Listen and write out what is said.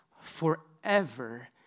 forever